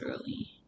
early